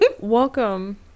Welcome